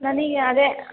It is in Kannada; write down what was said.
ನನಗ್ ಅದೇ